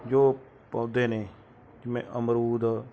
ਜੋ ਪੌਦੇ ਨੇ ਜਿਵੇਂ ਅਮਰੂਦ